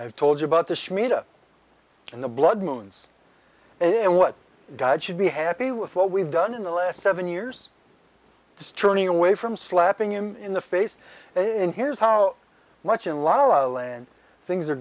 i've told you about the shmita and the blood moons and what god should be happy with what we've done in the last seven years just turning away from slapping him in the face in here's how much in la la land things are